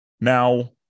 Now